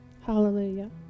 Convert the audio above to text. Hallelujah